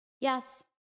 Yes